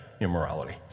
immorality